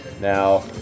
Now